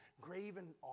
graven